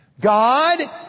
God